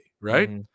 right